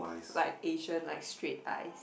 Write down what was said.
like Asian like straight eyes